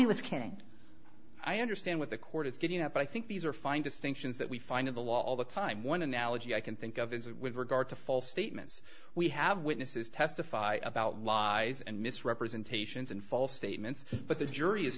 he was kidding i understand what the court is getting at but i think these are fine distinctions that we find of the law all the time one analogy i can think of is with regard to false statements we have witnesses testify about lies and misrepresentations and false statements but the jury is